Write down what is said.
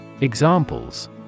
Examples